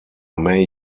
may